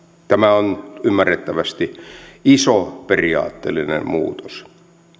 tämä on ymmärrettävästi iso periaatteellinen muutos